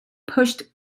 pushed